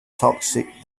toxic